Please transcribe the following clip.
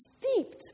steeped